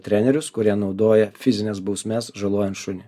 trenerius kurie naudoja fizines bausmes žalojant šunį